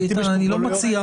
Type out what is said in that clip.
ובגלל זה החוק מנוסח כך.